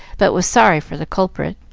but was sorry for the culprit.